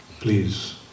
please